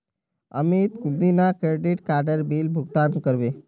अमित कुंदिना क्रेडिट काडेर बिल भुगतान करबे